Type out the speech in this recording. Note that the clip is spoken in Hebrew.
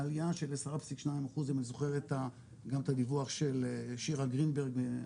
עליה של 10.2 אחוז אם אני זוכר גם את הדיווח של שירה גרינברג,